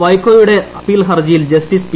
വൈക്കോയുടെ appeal ഹർജിയിൽ justice P